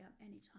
Anytime